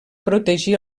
protegir